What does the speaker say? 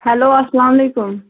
hello السلام علیکُم